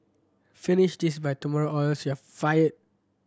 finish this by tomorrow or else you'll fired